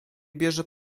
bierze